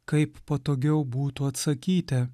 kaip patogiau būtų atsakyti